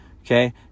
okay